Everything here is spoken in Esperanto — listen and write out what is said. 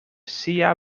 sia